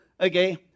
okay